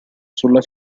sulla